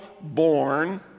born